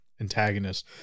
antagonist